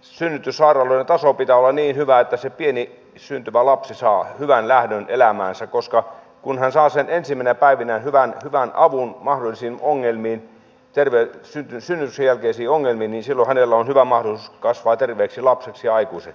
synnytyssairaaloiden tason pitää olla niin hyvä että se pieni syntyvä lapsi saa hyvän lähdön elämäänsä koska kun hän saa ensimmäisinä päivinään hyvän avun mahdollisiin ongelmiin synnytyksen jälkeisiin ongelmiin niin silloin hänellä on hyvä mahdollisuus kasvaa terveeksi lapseksi ja aikuiseksi